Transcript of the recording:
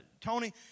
Tony